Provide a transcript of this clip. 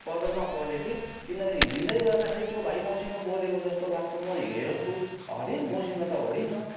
पजलमा परेँ कि किनभने हिँड्दै गर्दाखेरि त्यो भाइ मसँग बोलेको जस्तो लाग्छ म हेर्छु अरे मसँग त होइन